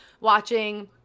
watching